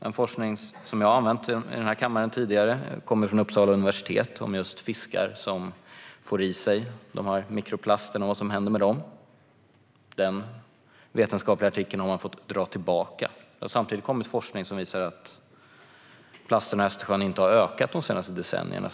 En forskning som jag har använt i denna kammare tidigare kommer från Uppsala universitet och handlar om fiskar som får i sig dessa mikroplaster och vad som händer med dem. Den vetenskapliga artikeln om detta har man fått dra tillbaka. Det har samtidigt kommit forskning som visar att plasterna i Östersjön inte har ökat under de senaste decennierna.